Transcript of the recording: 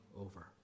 over